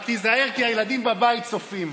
רק תיזהר, כי הילדים בבית צופים.